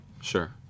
Sure